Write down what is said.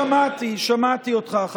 שמעתי, שמעתי אותך.